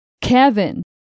Kevin